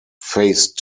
phase